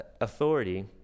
Authority